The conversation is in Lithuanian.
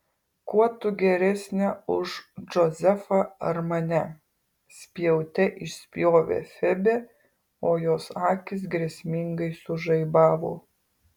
kuo tu geresnė už džozefą ar mane spjaute išspjovė febė o jos akys grėsmingai sužaibavo